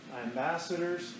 ambassadors